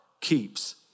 keeps